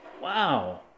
Wow